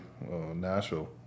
Nashville